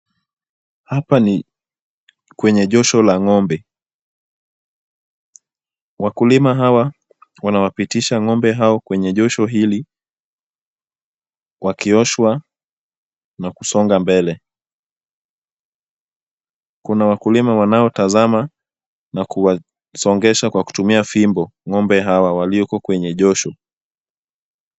Hapa ni kwenye josho la ng'ombe. Wakulima hawa wanawapitisha ng'ombe hao kwenye josho hili wakioshwa na kusonga mbele. Kuna wakulima wanaotazama na kuwasongesha kwa kutumia fimbo ng'ombe hawa walioko kwenye josho.